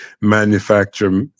manufacture